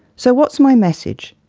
so what's my message?